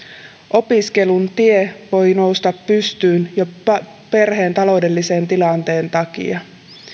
opiskelun tie voi nousta pystyyn jo perheen taloudellisen tilanteen takia